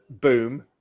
boom